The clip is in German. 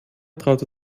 traute